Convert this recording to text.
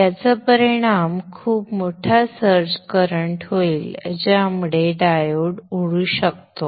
याचा परिणाम खूप मोठा सर्ज करंट होईल ज्यामुळे डायोड उडू शकतात